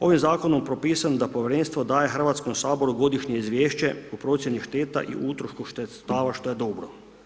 Ovim zakonom propisano je da povjerenstvo daje Hrvatskom saboru godišnje izvješće po procjeni šteta i utrošku sredstava što je dobro.